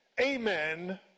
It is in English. amen